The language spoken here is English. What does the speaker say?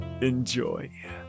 Enjoy